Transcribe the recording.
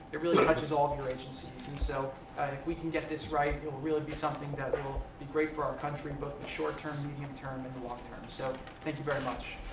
it really touches all of your agencies. and so if we can get this right, it will really be something that ah will be great for our country both in the short-term, medium-term, and the long-term. so thank you very much.